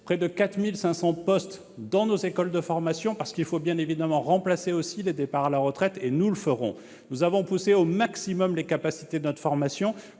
près de 4 500 postes dans nos écoles de formation, parce qu'il faut bien évidemment aussi remplacer les départs à la retraite, ce que nous ferons. Nous avons poussé au maximum les capacités de notre système